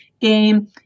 game